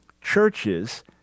churches